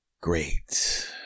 Great